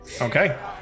Okay